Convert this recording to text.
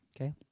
okay